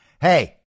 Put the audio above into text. hey